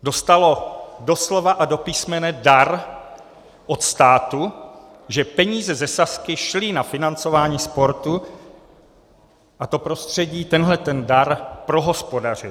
Dostalo doslova a do písmene dar od státu, že peníze ze Sazky šly na financování sportu, a to prostředí tento dar prohospodařilo.